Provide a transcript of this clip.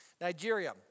Nigeria